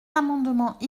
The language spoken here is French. amendements